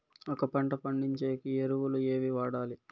ఒక పంట పండించేకి ఎరువులు ఏవి వాడాలి?